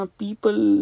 people